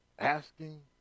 Asking